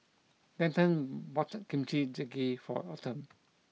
Denton bought Kimchi Jjigae for Autumn